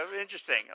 interesting